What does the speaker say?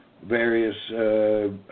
various